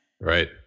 Right